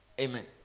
Amen